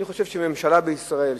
אני חושב שממשלה בישראל,